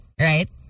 Right